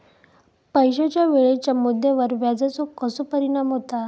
पैशाच्या वेळेच्या मुद्द्यावर व्याजाचो कसो परिणाम होता